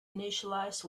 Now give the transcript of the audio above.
initialized